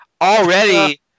already